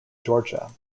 georgia